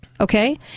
Okay